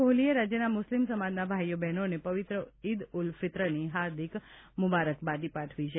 કોહલીએ રાજ્યના મુસ્લિમ સમાજના ભાઇ બહેનોને પવિત્ર ઇદ ઉલ ફિત્રની હાર્દિક મુબારકબાદી પાઠવી છે